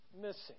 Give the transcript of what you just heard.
missing